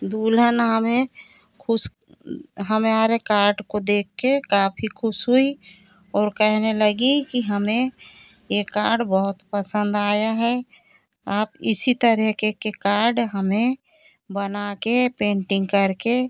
दुल्हन हमें ख़ुश हमारे कार्ड को देखकर काफी ख़ुश हुई और कहने लगी कि हमें यह कार्ड बहुत पसंद आया है आप इसी तरीके के कार्ड हमें बनाकर पेंटिंग करके